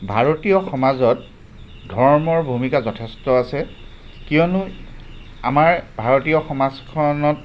ভাৰতীয় সমাজত ধৰ্মৰ ভূমিকা যথেষ্ট আছে কিয়নো আমাৰ ভাৰতীয় সমাজখনত